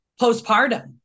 postpartum